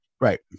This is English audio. Right